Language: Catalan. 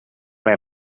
les